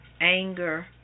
Anger